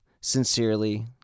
Sincerely